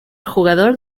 jugador